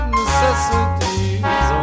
necessities